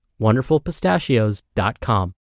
wonderfulpistachios.com